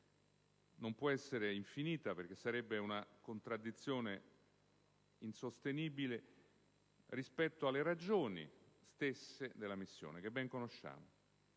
Non può essere infinita perché sarebbe una contraddizione insostenibile rispetto alle ragioni stesse della missione, che ben conosciamo.